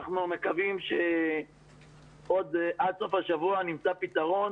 אנחנו מקווים שעד סוף השבוע נמצא פתרון